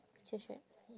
just right